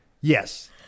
Yes